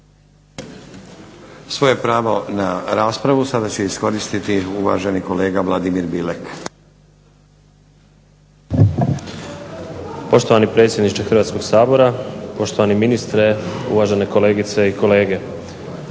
Svoje pravo na raspravu sada će iskoristiti uvaženi kolega Vladimir Bilek. **Bilek, Vladimir (HNS)** Poštovani predsjedniče Hrvatskoga sabora, poštovani ministre, uvažene kolegice i kolege.